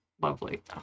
Lovely